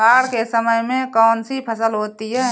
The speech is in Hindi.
बाढ़ के समय में कौन सी फसल होती है?